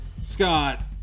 Scott